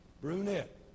Brunette